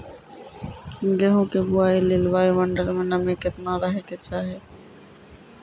गेहूँ के बुआई लेल वायु मंडल मे नमी केतना रहे के चाहि?